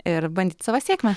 ir bandyt savo sėkmę